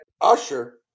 usher